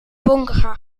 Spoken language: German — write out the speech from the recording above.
bunker